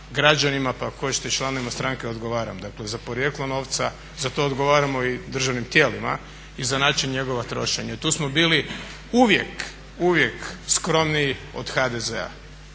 građanima, pa ako hoćete i članovima stranke odgovaram, dakle za porijeklo novca. Za to odgovaramo i državnim tijelima i za način njegova trošenja i tu smo bili uvijek, uvijek skromniji od HDZ-a.